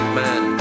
man